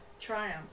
triumph